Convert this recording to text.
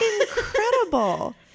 incredible